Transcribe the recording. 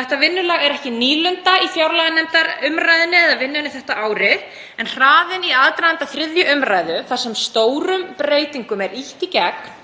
Þetta vinnulag er ekki nýlunda í fjárlaganefndarumræðunni eða vinnunni þetta árið en hraðinn í aðdraganda 3. umr. þar sem stórum breytingum er ýtt í gegn